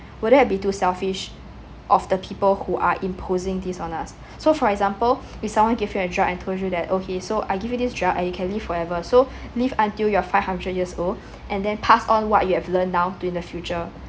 wouldn't that be too selfish of the people who are imposing this on us so for example if someone give you a drug and told you that okay so I give you this drug and you can live forever so live until you're five hundreds years old and then pass on what you have learned now in the future